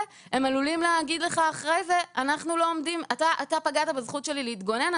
הם עלולים להגיד לך: אתה פגעת בזכות שלי להתגונן,